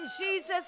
Jesus